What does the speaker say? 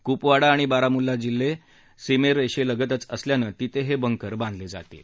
कुपवाडा आणि बारामुल्ला जिल्हे दोन जिल्हे सीमारेषेलगतच असल्यानं तिथे हे बंकर बांधले जातील